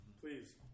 Please